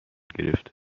گرفته